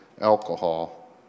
alcohol